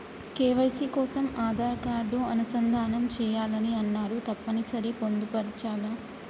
KYC కోసం Aadhaar card అనుసంధానం చేయాలని అన్నరు తప్పని సరి పొందుపరచాలా?